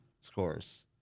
scores